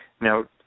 Now